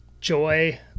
joy